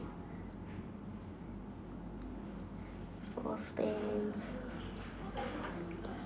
four stands